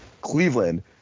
Cleveland